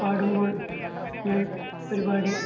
പാടുമ്പോള് ഞാന് ഒരുപാട്